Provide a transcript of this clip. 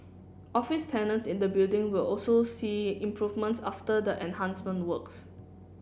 office tenants in the building will also see improvements after the enhancement works